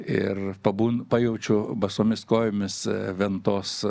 ir pabūn pajaučiu basomis kojomis ventos